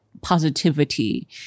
positivity